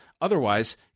Otherwise